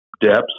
depths